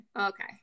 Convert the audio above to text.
Okay